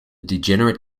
degenerate